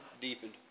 deepened